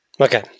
Okay